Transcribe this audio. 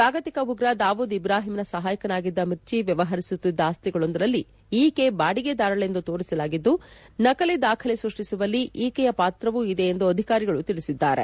ಜಾಗತಿಕ ಉಗ್ರ ದಾವೂದ್ ಇಬ್ರಾಹಿಂನ ಸಹಾಯಕನಾಗಿದ್ದ ಮಿರ್ಚಿ ವ್ಯವಹರಿಸುತ್ತಿದ್ದ ಆಸ್ತಿಗಳೊಂದರಲ್ಲಿ ಈಕೆ ಬಾಡಿಗೆದಾರಳೆಂದು ತೋರಿಸಲಾಗಿದ್ದು ನಕಲಿ ದಾಖಲೆ ಸೃಷ್ಷಿಸುವಲ್ಲಿ ಈಕೆಯ ಪಾತ್ರವೂ ಇದೆ ಎಂದು ಅಧಿಕಾರಿಗಳು ತಿಳಿಸಿದ್ದಾರೆ